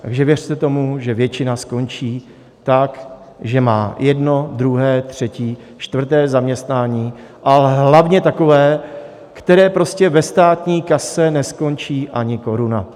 Takže věřte tomu, že většina skončí tak, že má jedno, druhé, třetí, čtvrté zaměstnání, ale hlavně takové, kdy ve státní kase neskončí ani koruna.